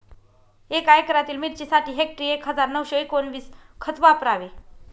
एका एकरातील मिरचीसाठी हेक्टरी एक हजार नऊशे एकोणवीस खत वापरावे